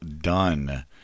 done